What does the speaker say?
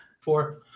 four